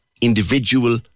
individual